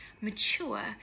mature